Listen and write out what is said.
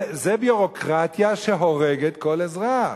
זה ביורוקרטיה שהורגת כל אזרח.